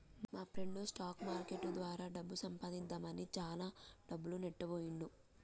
మాప్రెండు stock market ద్వారా డబ్బు సంపాదిద్దామని దిగి చానా డబ్బులు నట్టబొయ్యిండు